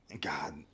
God